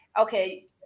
okay